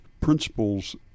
principles